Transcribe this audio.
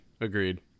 agreed